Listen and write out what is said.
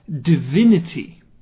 divinity